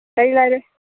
ꯀꯔꯤ ꯂꯩꯔꯦ